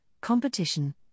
competition